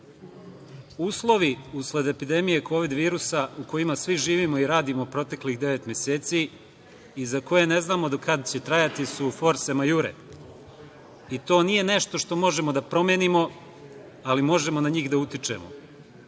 usled epidemije kovid virusa u kojima svi živimo i radimo proteklih devet meseci i za koje ne znamo do kad će trajati su „forse majure“ i to nije nešto što možemo da promenimo, ali možemo na njih da utičemo.